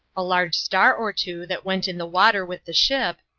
a large star or two that went in the water with the ship,